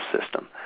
system